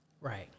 Right